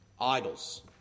idols